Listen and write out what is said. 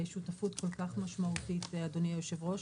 שותפות כל כך משמעותית, אדוני היושב ראש.